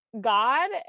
God